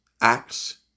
Acts